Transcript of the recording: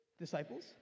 disciples